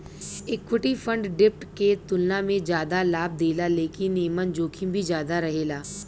equity fund डेब्ट के तुलना में जादा लाभ देला लेकिन एमन जोखिम भी ज्यादा रहेला